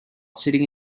sitting